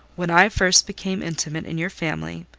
when i first became intimate in your family,